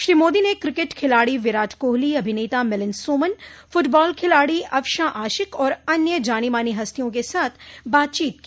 श्री मोदी ने क्रिकेट खिलाड़ी विराट कोहली अभिनेता मिलिंद सोमन फूटबाल खिलाड़ी अफशान आशिक और अन्य जानी मानी हस्तियों के साथ बातचीत की